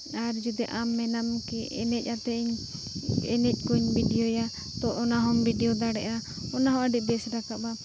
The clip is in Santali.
ᱟᱨ ᱡᱚᱫᱤ ᱟᱢ ᱢᱮᱱᱟᱢ ᱠᱤ ᱮᱱᱮᱡ ᱟᱛᱮ ᱤᱧ ᱮᱱᱮᱡ ᱠᱚᱧ ᱵᱷᱤᱰᱤᱭᱳᱭᱟ ᱛᱚ ᱚᱱᱟ ᱦᱚᱸᱢ ᱵᱷᱤᱰᱤᱭᱳ ᱫᱟᱲᱮᱭᱟᱜᱼᱟ ᱚᱱᱟ ᱦᱚᱸ ᱟᱹᱰᱤ ᱵᱮᱥ ᱨᱟᱠᱟᱵᱟ